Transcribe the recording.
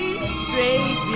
baby